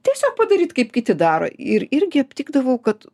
tiesiog padaryt kaip kiti daro ir irgi aptikdavau kad